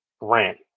Grant